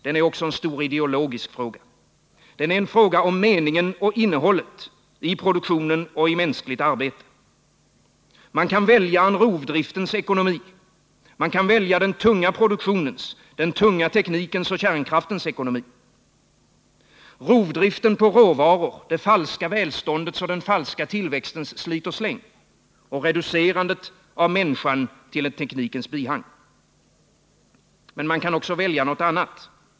Den är också en stor ideologisk fråga. Den är en fråga om meningen med och innehållet i produktion och mänskligt arbete. Man kan välja rovdriftens ekonomi, den tunga produktionens, den tunga teknikens och kärnkraftens ekonomi. Man kan välja att göra rovdrift på råvaror, det falska välståndets och den falska tillväxtens slit och släng. Man kan välja att reducera människan till ett teknikens bihang. Men man kan också välja något annat.